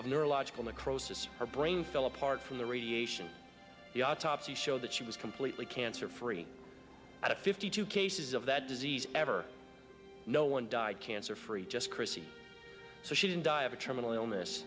of neurological necrosis her brain fell apart from the radiation the autopsy showed that she was completely cancer free at fifty two cases of that disease ever no one died cancer free just chrissie so she didn't die of a terminal illness